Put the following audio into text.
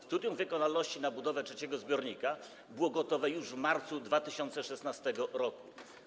Studium wykonalności dla budowy trzeciego zbiornika było gotowe już w marcu 2016 r.